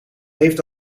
heeft